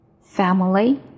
Family